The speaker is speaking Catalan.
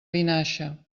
vinaixa